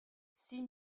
six